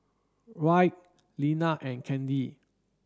Wright Linna and Kandy